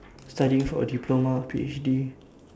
studying for a diploma a P_H_D